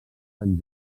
sant